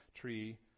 tree